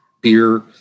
beer